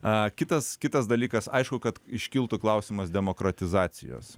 a kitas kitas dalykas aišku kad iškiltų klausimas demokratizacijos